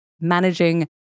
managing